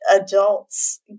adults